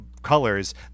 colors